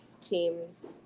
teams